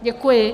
Děkuji.